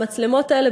המצלמות האלה,